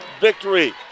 victory